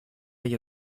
για